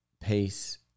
pace